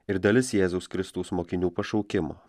ir dalis jėzaus kristaus mokinių pašaukimo